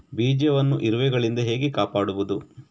ಬೀಜವನ್ನು ಇರುವೆಗಳಿಂದ ಹೇಗೆ ಕಾಪಾಡುವುದು?